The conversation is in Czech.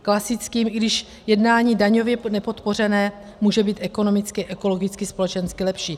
Klasickým, i když jednání daňově nepodpořené, může být ekonomicky, ekologicky, společensky lepší.